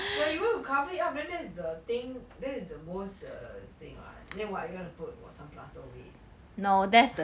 but you know you cover it up then that's the thing thats the most err thing [what] then what you want to put what some plaster over it